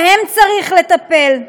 בהם צריך לטפל.